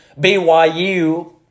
BYU